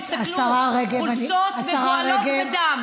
ראינו את כל התמונות,